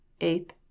eighth